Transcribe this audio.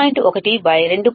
1 2